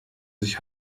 sich